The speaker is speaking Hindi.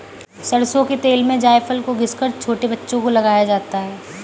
सरसों के तेल में जायफल को घिस कर छोटे बच्चों को लगाया जाता है